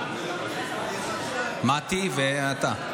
מטי ואתה.